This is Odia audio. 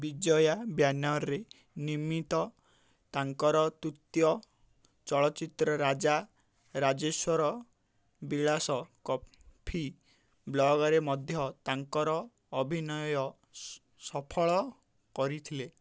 ବିଜୟା ବ୍ୟାନରରେ ନିର୍ମିତ ତାଙ୍କର ତୃତୀୟ ଚଳଚ୍ଚିତ୍ର ରାଜା ରାଜେଶ୍ୱରୀ ବିଳାସ କଫି କ୍ଲବରେ ମଧ୍ୟ ତାଙ୍କର ଅଭିନୟ ସଫଳ ହୋଇଥିଲା